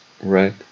Right